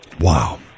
Wow